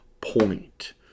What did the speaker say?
point